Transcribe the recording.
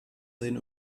sehen